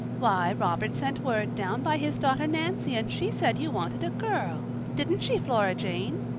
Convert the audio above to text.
why, robert sent word down by his daughter nancy and she said you wanted a girl didn't she flora jane?